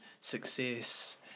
success